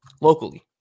locally